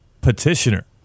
petitioner